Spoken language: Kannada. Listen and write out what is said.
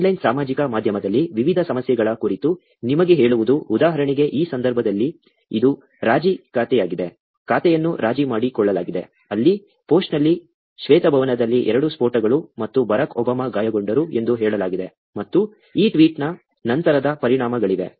ಆನ್ಲೈನ್ ಸಾಮಾಜಿಕ ಮಾಧ್ಯಮದಲ್ಲಿ ವಿವಿಧ ಸಮಸ್ಯೆಗಳ ಕುರಿತು ನಿಮಗೆ ಹೇಳುವುದು ಉದಾಹರಣೆಗೆ ಈ ಸಂದರ್ಭದಲ್ಲಿ ಇದು ರಾಜಿ ಖಾತೆಯಾಗಿದೆ ಖಾತೆಯನ್ನು ರಾಜಿ ಮಾಡಿಕೊಳ್ಳಲಾಗಿದೆ ಅಲ್ಲಿ ಪೋಸ್ಟ್ನಲ್ಲಿ ಶ್ವೇತಭವನದಲ್ಲಿ ಎರಡು ಸ್ಫೋಟಗಳು ಮತ್ತು ಬರಾಕ್ ಒಬಾಮಾ ಗಾಯಗೊಂಡರು ಎಂದು ಹೇಳಲಾಗಿದೆ ಮತ್ತು ಈ ಟ್ವೀಟ್ನ ನಂತರದ ಪರಿಣಾಮಗಳಿವೆ